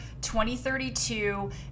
2032